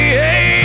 hey